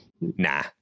Nah